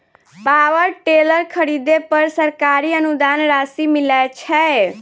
Power tiller खरीदे पर सरकारी अनुदान राशि मिलय छैय?